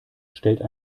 stellte